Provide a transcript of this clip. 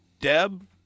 Deb